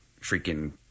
freaking